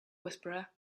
whisperer